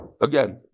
Again